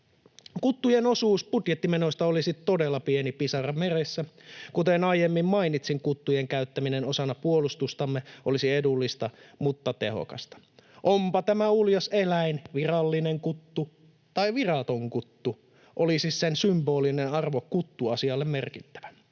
Kuttujen osuus budjettimenoista olisi todella pieni pisara meressä. Kuten aiemmin mainitsin, kuttujen käyttäminen osana puolustustamme olisi edullista mutta tehokasta. Onpa tämä uljas eläin sitten virallinen kuttu tai viraton kuttu, olisi sen symbolinen arvo kuttuasialle merkittävä.